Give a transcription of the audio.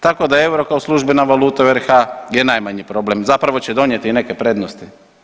Tako da euro kao službena valuta u RH je najmanji problem, zapravo će donijeti i neke prednosti.